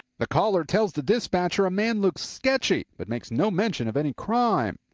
the caller tells the dispatcher a man looks sketchy, but makes no mention of any crime.